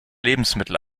lebensmittel